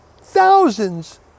thousands